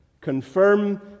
Confirm